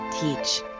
Teach